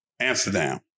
Amsterdam